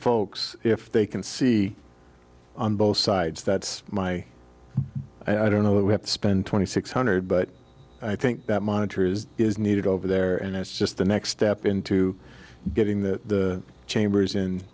folks if they can see on both sides that's my i don't know that we have to spend twenty six hundred but i think that monitor is is needed over there and it's just the next step into getting that chambers